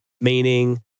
meaning